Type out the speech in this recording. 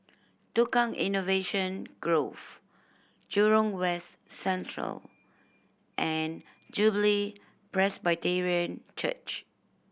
Tukang Innovation Grove Jurong West Central and Jubilee Presbyterian Church